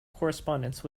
correspondence